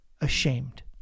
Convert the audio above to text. ashamed